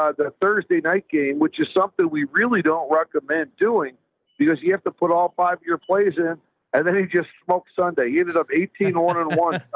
ah the thursday night game, which is something we really don't recommend doing because you have to put all five of your plays in and then he just smoked sunday. he ended up eighteen on and one,